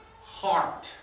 heart